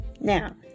Now